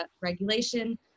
regulation